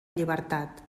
llibertat